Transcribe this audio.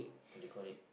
what do you call it